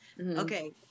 Okay